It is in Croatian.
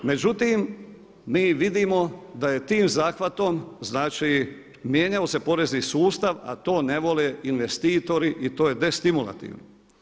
Međutim, mi vidimo da je tim zahvatom znači mijenjaju se, porezni sustav a to ne vole investitori i to je destimulativno.